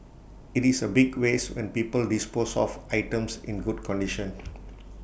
IT is A big waste when people dispose of items in good condition